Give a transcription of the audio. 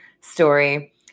story